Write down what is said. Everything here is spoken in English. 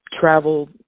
travel